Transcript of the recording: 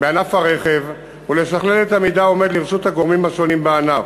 בענף הרכב ולשכלל את המידע העומד לרשות הגורמים השונים בענף.